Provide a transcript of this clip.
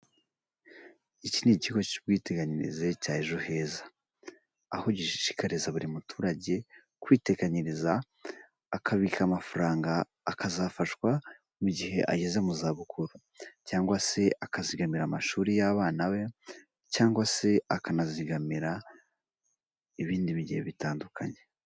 Iki ni ikigo cy'ubwiteganyirize cya ejo heza, aho gishishikariza buri muturage kwiteganyiriza akabika amafaranga akazafashwa mu gihe ageze mu za bukuru, cyangwa se akazizigamira amashuri y'abana be, cyangwa se akanazigamira ibindi bige bitandukanye.